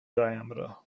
diameter